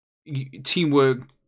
teamwork